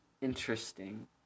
Interesting